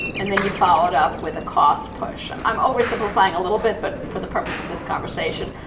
and then you followed up with a cost push. i'm i'm oversimplifying a little bit. but for the purpose of this conversation,